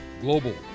global